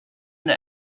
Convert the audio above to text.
the